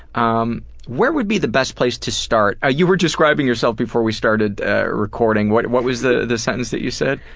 um where would be the best place to start? you were describing yourself before we started recording. what and what was the the sentence that you said?